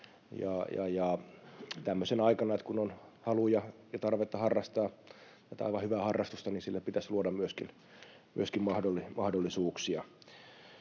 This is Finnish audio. Tämmöisenä aikana, kun on haluja ja tarvetta harrastaa tätä aivan hyvää harrastusta, sille pitäisi luoda myöskin mahdollisuuksia.